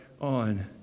on